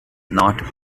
not